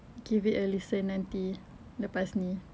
give it a listen nanti lepas ni